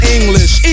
English